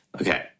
okay